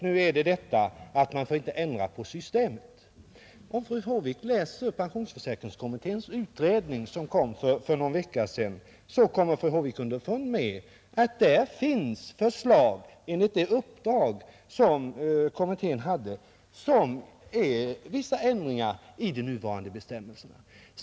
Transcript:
Nu är skälet att man inte får ändra på systemet. Om fru Håvik läser pensionsförsäkringskommitténs betänkande, som vi fick för någon vecka sedan, så skall hon komma underfund med att där finns förslag, enligt det uppdrag som kommittén hade, som innebär vissa ändringar av de nuvarande bestämmelserna.